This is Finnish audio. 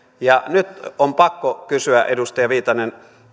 nyt onkin pakko kysyä edustaja viitanen